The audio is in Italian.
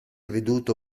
veduto